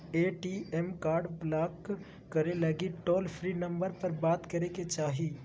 ATM card block करे लगी toll free number पर बात करे के चाही